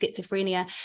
schizophrenia